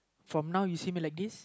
from now you see me like this